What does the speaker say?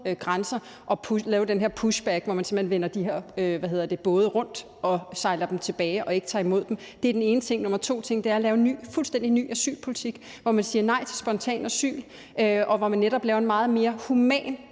grænser og at lave den her pushback, hvor man simpelt hen vender de her både rundt og sejler dem tilbage og ikke tager imod dem. Det er den ene ting. Den anden ting er at lave en fuldstændig ny asylpolitik, hvor man siger nej til spontant asyl, og hvor man netop laver en meget mere human